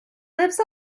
lives